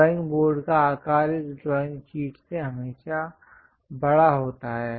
drawing board का आकार इस ड्राइंग शीट से हमेशा बड़ा होता है